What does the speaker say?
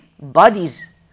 bodies